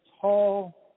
tall